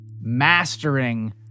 mastering